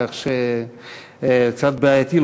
כך שזה קצת בעייתי,